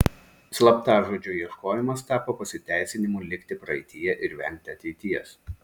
slaptažodžio ieškojimas tapo pasiteisinimu likti praeityje ir vengti ateities